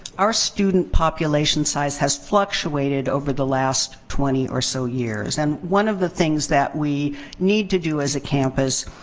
our student population size has fluctuated over the last twenty or so years. and one of the things that we need to do as a campus